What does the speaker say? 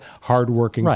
hardworking